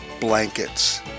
blankets